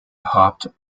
hopped